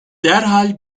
derhal